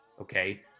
okay